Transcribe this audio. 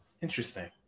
interesting